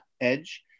edge